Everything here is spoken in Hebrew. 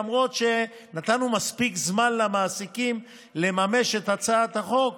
למרות שנתנו מספיק זמן למעסיקים לממש את הצעת החוק,